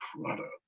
product